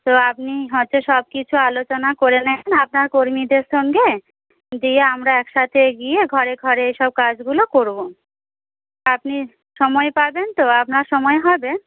তো আপনি হয়তো সব কিছু আলোচনা করে নিন আপনার কর্মীদের সঙ্গে দিয়ে আমরা একসাথে গিয়ে ঘরে ঘরে এসব কাজগুলো করব আপনি সময় পাবেন তো আপনার সময় হবে